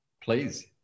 Please